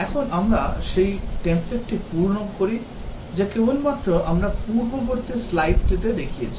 এখন আমরা সেই টেমপ্লেটটি পূরণ করি যা কেবলমাত্র আমরা পূর্ববর্তী স্লাইডটিতে দেখিয়েছি